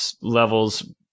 levels